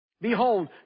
Behold